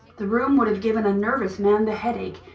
the room would have given a nervous man the headache,